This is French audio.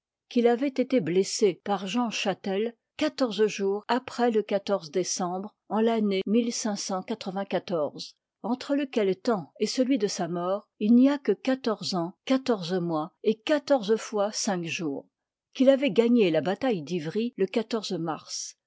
qull avoit été blessé par jean chel quatorze jours après le décembre en l'année entre lequel temps et celui de sa mort il n'y a que quatorze ans quatorze mois et quatorze fois cinq jours qu'il avoit gagné la bataille d'ivri le mars